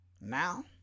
Now